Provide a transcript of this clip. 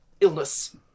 illness